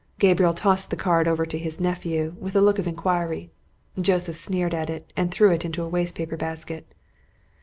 gabriel tossed the card over to his nephew with a look of inquiry joseph sneered at it, and threw it into a waste-paper basket.